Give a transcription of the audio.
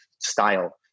style